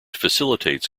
facilitates